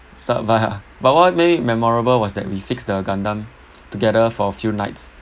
but what made it memorable was that we fix the gundam together for a few nights